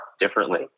differently